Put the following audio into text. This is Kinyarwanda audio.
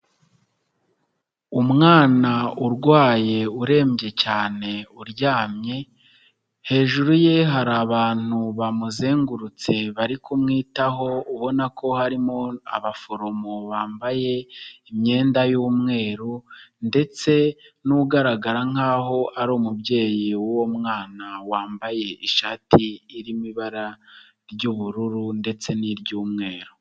Umwana urwaye urembye cyane, uryamye, hejuru ye hari abantu bamuzengurutse bari kumwitaho ubona ko harimo abaforomo bambaye imyenda y'umweru ndetse n'ugaragara nkaho ari umubyeyi w'uwo mwana wambaye ishati irimo ibara ry'ubururu ndetse n'iry'umweru.